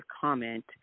comment